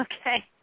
Okay